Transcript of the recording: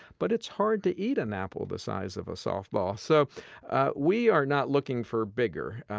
but it's hard to eat an apple the size of a softball. so we are not looking for bigger.